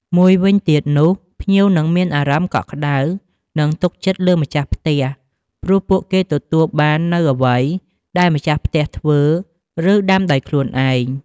មួយវិញទៀតនោះ ភ្ញៀវនឹងមានអារម្មណ៍កក់ក្ដៅ និងទុកចិត្តលើម្ចាស់ផ្ទះ ព្រោះពួកគេទទួលបាននូវអ្វីដែលម្ចាស់ផ្ទះធ្វើ ឬដាំដោយខ្លួនឯង។